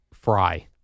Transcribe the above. Fry